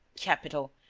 capital!